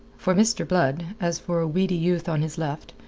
for mr. blood, as for a weedy youth on his left,